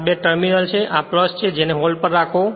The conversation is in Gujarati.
આ બે ટર્મિનલ છે આ છે જેને હોલ્ડ પર રાખો